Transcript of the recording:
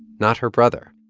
not her brother